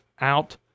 out